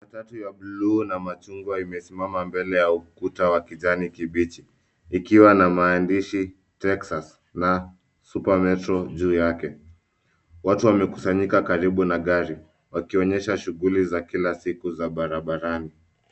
Matatu ya blue na machungwa imesiama mbele ya ukuta wa kijani kibichi ikiwa na maandishi Texas na Super Metro juu yake. Watu wamekusanyika karibu na gari wakionyesha shuguli za kila siku za barabarani.